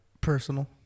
Personal